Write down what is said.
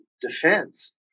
defense